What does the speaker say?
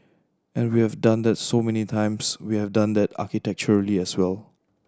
and we have done that so many times we have done that architecturally as well